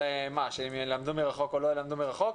שהם ילמדו מרחוק או לא ילמדו מרחוק?